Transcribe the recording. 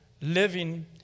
living